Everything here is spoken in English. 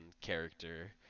character